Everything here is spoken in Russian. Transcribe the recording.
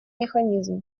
механизм